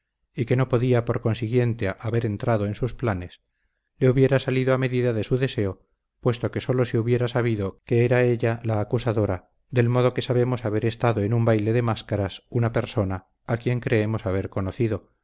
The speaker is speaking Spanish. y que no podía por consiguiente haber entrado en sus planes le hubiera salido a medida de su deseo puesto que sólo se hubiera sabido que era ella la acusadora del modo que sabemos haber estado en un baile de máscaras una persona a quien creemos haber conocido